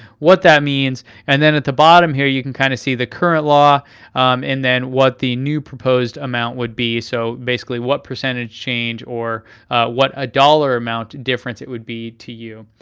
what that means. and then at the bottom here, you can kind of see the current law and then what the new proposed amount would be. so basically, what percentage change or what ah dollar amount difference it would be to you.